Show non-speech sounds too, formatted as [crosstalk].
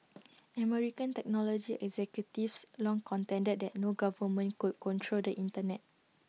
[noise] American technology executives long contended that no government could control the Internet